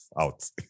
out